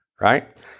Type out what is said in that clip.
Right